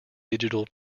digital